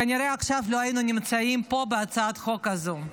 כנראה שעכשיו לא היינו נמצאים פה בהצעת החוק הזו.